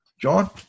John